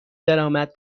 درآمد